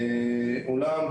אולם,